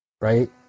right